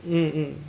mm mm